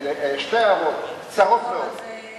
מדינות באירופה היו רוצות להיות